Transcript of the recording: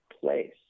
place